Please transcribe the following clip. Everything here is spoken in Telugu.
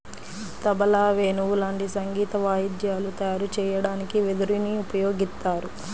తబలా, వేణువు లాంటి సంగీత వాయిద్యాలు తయారు చెయ్యడానికి వెదురుని ఉపయోగిత్తారు